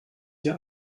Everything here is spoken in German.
hier